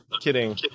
kidding